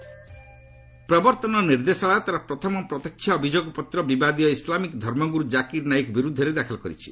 ED ନାଇକ୍ ପ୍ରବର୍ଭନ ନିର୍ଦ୍ଦେଶାଳୟ ତାର ପ୍ରଥମ ପ୍ରତ୍ୟକ୍ଷ ଅଭିଯୋଗପତ୍ର ବିବାଦୀୟ ଇସଲାମିକ୍ ଧର୍ମଗୁରୁ ଜାକିର୍ ନାଇକ୍ ବିରୁଦ୍ଧରେ ଦାଖଲ କରିଛି